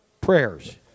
prayers